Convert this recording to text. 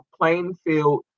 Plainfield